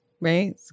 right